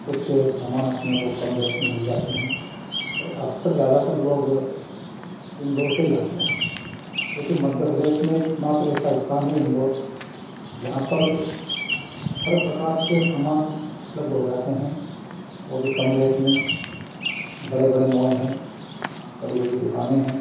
कुछ एक सामान अपने को कम रेट में मिल जाते हैं और अक्सर ज़्यादातर लोग इंदौर से ही लाते हैं क्योंकि मध्य प्रदेश में एकमात्र ऐसा स्थान हैं इंदौर जहाँ पर हर प्रकार के सामान उपलब्ध हो जाते हैं वह भी कम रेट में बड़े बड़े मॉल हैं बड़ी बड़ी दुकानें हैं